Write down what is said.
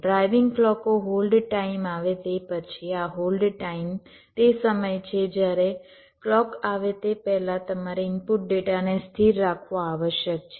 driving ક્લૉકો hold time આવે તે પછી આ હોલ્ડ ટાઇમ તે સમય છે જ્યારે ક્લૉક આવે તે પહેલાં તમારે ઇનપુટ ડેટાને સ્થિર રાખવો આવશ્યક છે